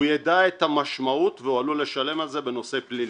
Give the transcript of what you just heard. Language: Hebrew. הוא ידע את המשמעות והוא עלול לשלם על זה בנושא פלילי.